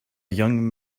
young